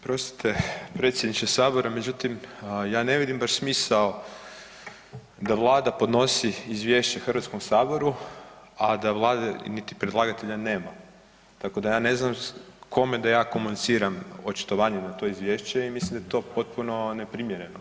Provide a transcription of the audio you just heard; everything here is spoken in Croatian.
Oprostite predsjedniče sabora međutim ja ne vidim baš smisao da Vlada podnosi izvješće Hrvatskom saboru, a da Vlade niti predlagatelja nema, tako da ja ne znam kome da ja komuniciram očitovanje na to izvješće i mislim da je to potpuno neprimjereno.